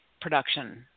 production